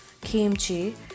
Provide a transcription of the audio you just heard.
kimchi